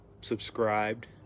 subscribed